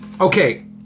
okay